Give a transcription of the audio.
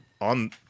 on